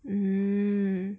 hmm